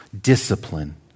discipline